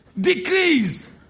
decrease